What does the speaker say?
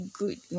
good